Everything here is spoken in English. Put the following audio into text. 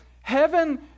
Heaven